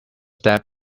step